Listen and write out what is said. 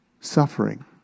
suffering